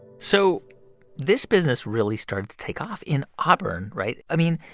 so this business really started to take off in auburn, right? i mean,